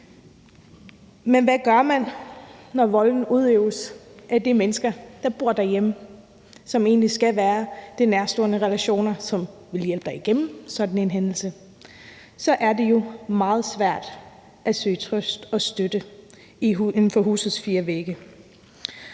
Men hvad gør man, når volden udøves af de mennesker, der bor derhjemme, og som egentlig skal være de nærtstående relationer, som vil hjælpe dig igennem sådan en hændelse? Så er det jo meget svært at søge trøst og støtte inden for husets fire vægge.